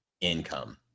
income